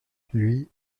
lui